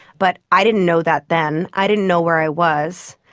but i didn't know that then, i didn't know where i was,